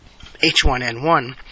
H1N1